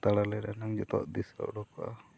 ᱛᱟᱲᱟᱟᱞᱤ ᱨᱮᱱᱟᱝ ᱡᱚᱛᱚ ᱫᱤᱥᱟᱹ ᱩᱰᱩᱠᱚᱜᱼᱟ